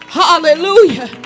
hallelujah